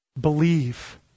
believe